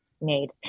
made